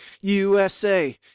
USA